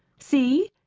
see?